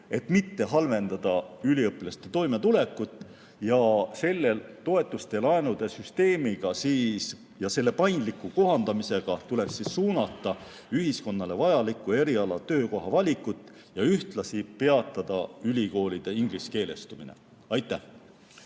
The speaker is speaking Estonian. et mitte halvendada üliõpilaste toimetulekut. Toetuste ja laenude süsteemiga ja selle paindliku kohandamisega tuleks suunata ühiskonnale vajalikku eriala‑ ja töökohavalikut ning ühtlasi peatada ülikoolide ingliskeelestumine. Aitäh!